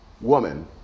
Woman